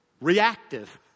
reactive